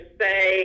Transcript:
say